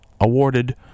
awarded